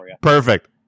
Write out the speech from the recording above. Perfect